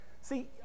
See